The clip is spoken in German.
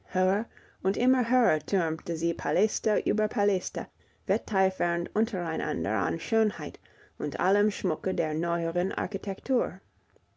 und immer höher türmte sie paläste über paläste wetteifernd untereinander an schönheit und allem schmucke der neueren architektur